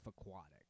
Aquatic